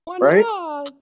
right